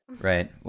Right